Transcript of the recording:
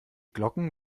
glocken